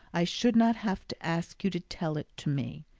i should not have to ask you to tell it to me.